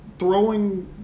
throwing